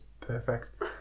perfect